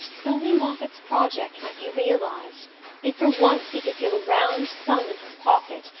if only moffatt's project might be realized if for once he could feel a round sum in his pocket,